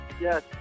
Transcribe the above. Yes